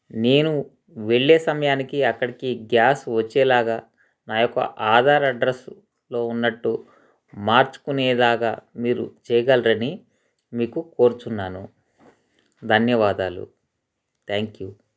నేను వెళ్ళే సమయానికి అక్కడికి గ్యాస్ వచ్చేలాగా నా యొక్క ఆధార్ అడ్రస్సులో ఉన్నట్టు మార్చుకునేలాగా మీరు చేయగలరని మీకు కోరుచున్నాను ధన్యవాదాలు థ్యాంక్ యూ